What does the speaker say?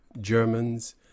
Germans